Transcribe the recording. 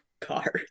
car